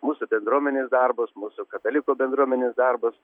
mūsų bendruomenės darbus mūsų katalikų bendruomenės darbus